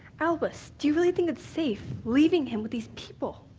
albus, do you really think it's safe leaving him with these people?